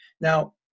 now